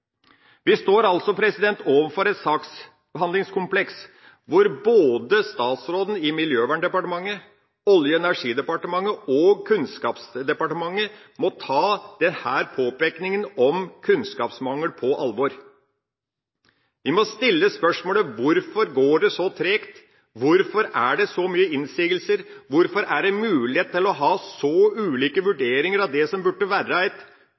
Vi står altså overfor et saksbehandlingskompleks hvor statsrådene i både Klima- og miljødepartementet, Olje- og energidepartementet og Kunnskapsdepartementet må ta denne påpekningen om kunnskapsmangel på alvor. Vi må stille spørsmålene: Hvorfor går det så tregt? Hvorfor er det så mange innsigelser? Hvordan er det mulig å ha så ulike vurderinger av det som burde